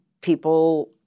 people